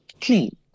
clean